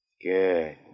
Good